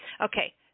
Okay